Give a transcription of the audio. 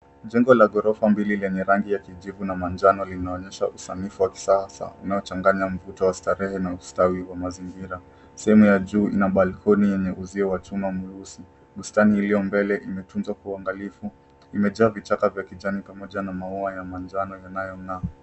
Jengo la ghorofa mbili lenye rangi ya kijivu na manjano linaonyesha usanifu wa kisasa unaochanganya mvuto wa starehe na ustawi wa mazingira. Sehemu ya juu ina balkoni yenye uzio wa chuma mweusi. Bustani iliyo mbele imetunzwa kwa uangalifu. Imejaa vichaka vya kijani pamoja na maua ya manjano yanayong'aa.